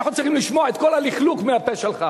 ואנחנו צריכים לשמוע את כל הלכלוך מהפה שלך.